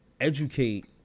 educate